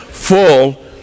full